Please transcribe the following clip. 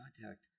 contact